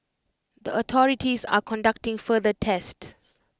the authorities are conducting further tests